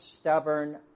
stubborn